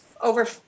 over